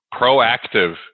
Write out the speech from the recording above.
proactive